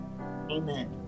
Amen